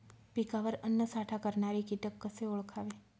पिकावर अन्नसाठा करणारे किटक कसे ओळखावे?